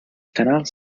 canals